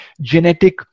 genetic